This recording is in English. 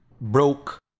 broke